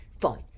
fine